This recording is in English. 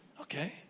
Okay